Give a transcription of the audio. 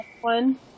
One